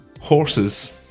Horses